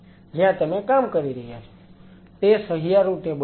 જ્યાં તમે કામ કરી રહ્યા છો તે સહિયારૂ ટેબલ છે